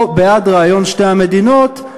או בעד רעיון שתי המדינות,